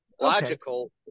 logical